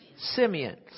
Simeon